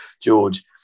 George